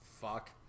fuck